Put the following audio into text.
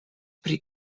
pri